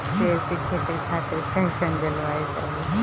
सेब के खेती खातिर कइसन जलवायु चाही?